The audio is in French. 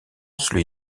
celui